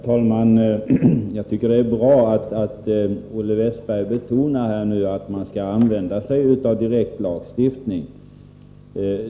Herr talman! Jag tycker det är bra att Olle Westberg betonar att man skall använda sig av direktlagstiftning.